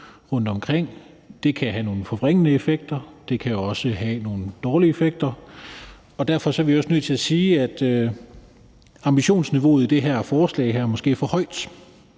rundtomkring kan have nogle forvrængende effekter. Det kan også have nogle dårlige effekter. Derfor er vi også nødt til at sige, at ambitionsniveauet i det her forslag måske er for højt.